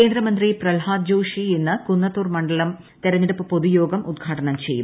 കേന്ദ്രമന്ത്രി പ്രൾഹാദ് ജോഷി ഇന്ന് കുന്നത്തൂർ മണ്ഡലം തെരഞ്ഞെടുപ്പ് പൊതുയോഗം ഉദ്ഘാടനം ചെയ്യും